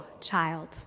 child